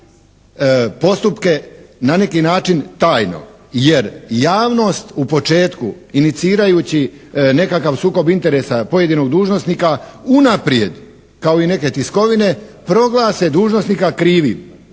postupke na neki način tajno jer javnost u početku inicirajući nekakav sukob interesa pojedinog dužnosnika unaprijed kao i neke tiskovine proglase dužnosnika krivim